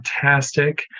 fantastic